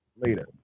later